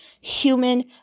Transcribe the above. human